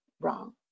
wrong